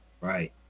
right